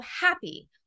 happy